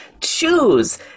choose